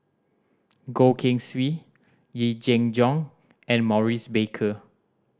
Goh Keng Swee Yee Jenn Jong and Maurice Baker